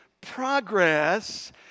progress